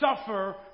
Suffer